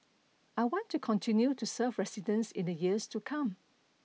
I want to continue to serve residents in the years to come